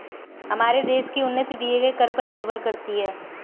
हमारे देश की उन्नति दिए गए कर पर निर्भर करती है